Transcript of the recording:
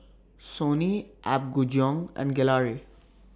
Sony Apgujeong and Gelare